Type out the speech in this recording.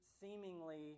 seemingly